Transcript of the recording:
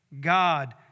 God